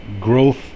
growth